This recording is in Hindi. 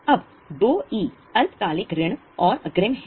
अब 2 अल्पकालिक ऋण और अग्रिम है